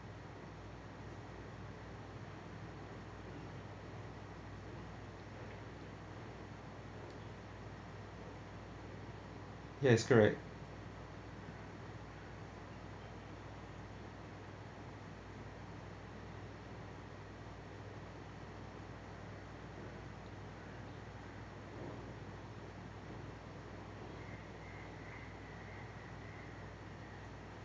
yes correct